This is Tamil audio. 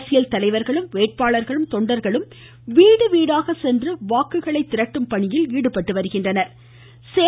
அரசியல் தலைவர்களும் வேட்பாளர்களும் தொண்டர்களும் வீடு வீடாக சென்று வாக்குகளை சேகரித்து வருகின்றனர்